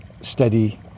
steady